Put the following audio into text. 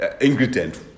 ingredient